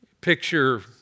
Picture